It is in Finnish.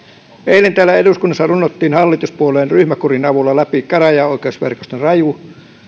eilen täällä eduskunnassa runnottiin hallituspuolueiden ryhmäkurin avulla läpi käräjäoikeusverkoston raju